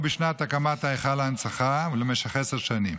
או בשנת הקמת היכל ההנצחה, ולמשך עשר שנים.